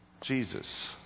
Jesus